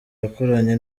yakoranye